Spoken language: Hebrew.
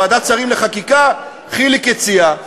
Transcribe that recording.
ועדת השרים לחקיקה: חיליק הציע,